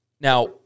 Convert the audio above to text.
Now